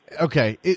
Okay